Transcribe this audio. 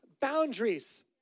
boundaries